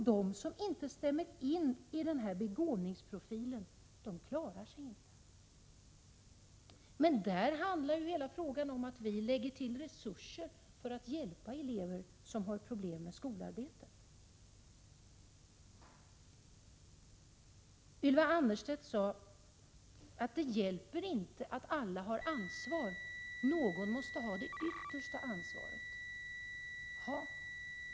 De som inte passar in i denna begåvningsprofil klarar sig inte. Hela den frågan handlar om att vi sätter in resurser för att hjälpa elever som har problem med skolarbetet. Ylva Annerstedt sade att det inte hjälper att alla har ansvar. Någon måste ha det yttersta ansvaret.